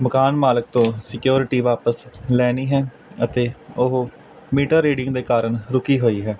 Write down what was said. ਮਕਾਨ ਮਾਲਕ ਤੋਂ ਸਿਕਿਉਰਟੀ ਵਾਪਸ ਲੈਣੀ ਹੈ ਅਤੇ ਉਹ ਮੀਟਰ ਰੀਡਿੰਗ ਦੇ ਕਾਰਨ ਰੁਕੀ ਹੋਈ ਹੈ